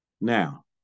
Now